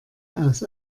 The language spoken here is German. aus